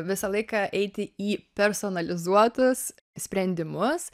visą laiką eiti į personalizuotus sprendimus